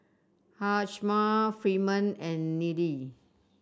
Hjalmar Freeman and Nelie